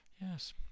Yes